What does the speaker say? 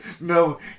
No